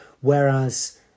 whereas